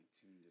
tuned